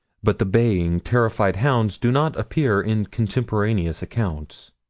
but the baying, terrified hounds do not appear in contemporaneous accounts.